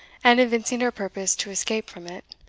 and evincing her purpose to escape from it,